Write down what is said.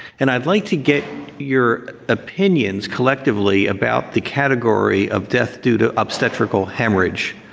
and i'd like to get your opinions collectively about the category of death due to obstetrical hemorrhage.